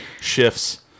shifts